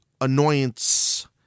annoyance